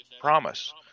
promise